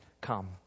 come